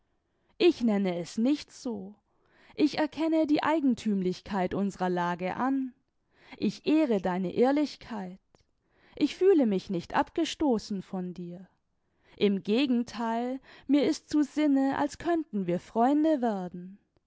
ich nenne es nicht so ich erkenne die eigenthümlichkeit unserer lage an ich ehre deine ehrlichkeit ich fühle mich nicht abgestoßen von dir im gegentheil mir ist zu sinne als könnten wir freunde werden